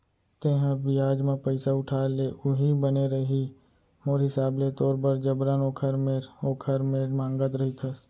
तेंहा बियाज म पइसा उठा ले उहीं बने रइही मोर हिसाब ले तोर बर जबरन ओखर मेर ओखर मेर मांगत रहिथस